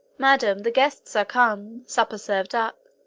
madam, the guests are come, supper served up,